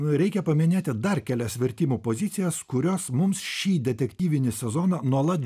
reikia paminėti dar kelias vertimų pozicijas kurios mums šį detektyvinį sezoną nuolat